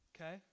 okay